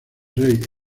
rey